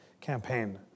campaign